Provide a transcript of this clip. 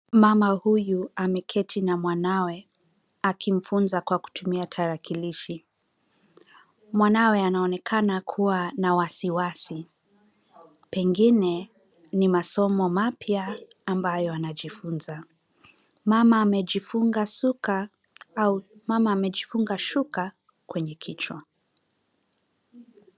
Mama huyu ameketi na mwanawe akimfunza kwa kutumia tarakilishi. Mwanawe anaonekana kuwa na wasiwasi. Pengine ni masomo mapya ambayo anajifunza. Mama amejifunga suka au mama amejifunga shuka kwenye kichwa.